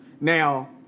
Now